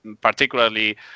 particularly